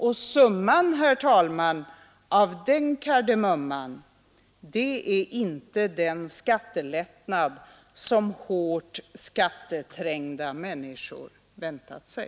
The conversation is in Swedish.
Och summan, herr talman, av den kardemumman är inte den skattelättnad som hårt skatteträngda människor väntat sig.